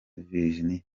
virginia